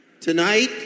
Tonight